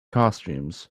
costumes